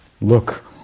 look